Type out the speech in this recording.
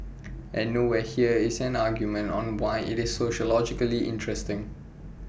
and nowhere here is an argument on why IT is sociologically interesting